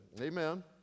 Amen